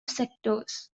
sectors